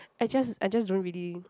I just I just don't really